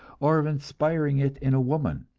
or of inspiring it in a woman.